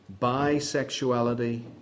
bisexuality